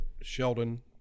Sheldon